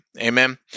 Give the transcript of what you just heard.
Amen